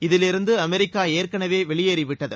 இதிலிருந்து அமெரிக்கா ஏற்கெனவே வெளியேறிவிட்டது